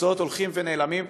מקצועות הולכים ונעלמים.